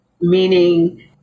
meaning